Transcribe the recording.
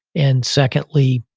and secondly,